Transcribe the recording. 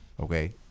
Okay